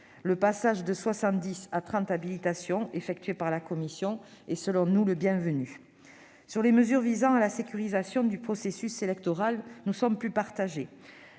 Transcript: Le passage du nombre des habilitations de 70 à 30 décidé par la commission est, selon nous, le bienvenu. Sur les mesures visant à la sécurisation du processus électoral, nous sommes plus partagés.